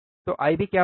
तो IB क्या होगा